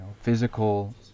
physical